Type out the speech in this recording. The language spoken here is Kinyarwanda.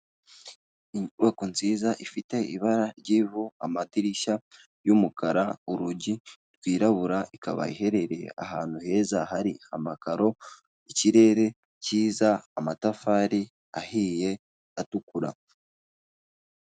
Inyubako nziza ifite ibara ry'ivu, amadirishya y'umukara, urugi rwirabura, ikaba iherereye ahantu heza hari amakaro, ikirere kiza, amatafari ahiye atukura.